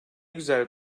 güzel